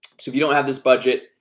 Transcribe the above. so if you don't have this budget,